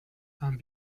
and